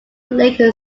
lake